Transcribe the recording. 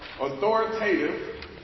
Authoritative